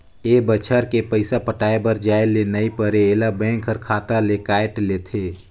ए बच्छर के पइसा पटाये बर जाये ले नई परे ऐला बेंक हर खाता ले कायट लेथे